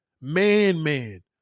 Man-man